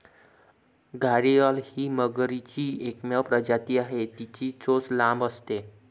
घारीअल ही मगरीची एकमेव प्रजाती आहे, तिची चोच लांब असते